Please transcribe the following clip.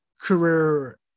career